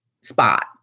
spot